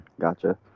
Gotcha